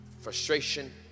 frustration